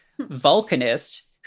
vulcanist